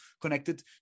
connected